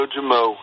Jamo